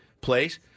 place